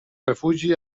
refugi